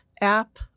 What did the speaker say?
app